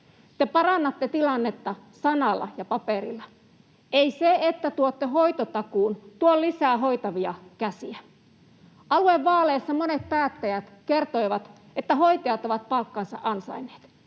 parannatte tilannetta sanalla ja paperilla. Ei se, että tuotte hoitotakuun, tuo lisää hoitavia käsiä. Aluevaaleissa monet päättäjät kertoivat, että hoitajat ovat palkkansa ansainneet.